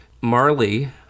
Marley